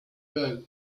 bell